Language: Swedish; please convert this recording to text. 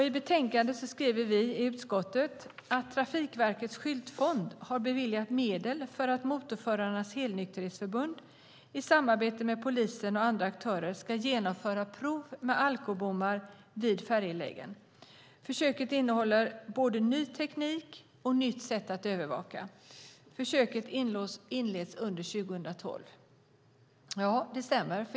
I betänkandet skriver vi i utskottet att Trafikverkets skyltfond har beviljat medel för att Motorförarnas Helnykterhetsförbund i samarbete med polisen och andra aktörer ska genomföra prov med alkobommar vid färjelägen. Försöket innehåller både ny teknik och ett nytt sätt att övervaka. Försöket inleds under 2012. Ja, det stämmer.